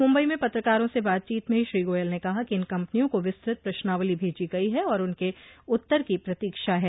मुंबई में पत्रकारों से बातचीत में श्री गोयल ने कहा कि इन कंपनियों को विस्तृत प्रश्नावली भेजी गई है और उनके उत्तर की प्रतीक्षा है